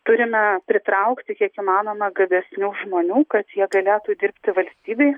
turime pritraukti kiek įmanoma gabesnių žmonių kad jie galėtų dirbti valstybei